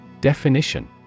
Definition